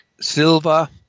Silva